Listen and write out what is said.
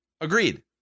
Agreed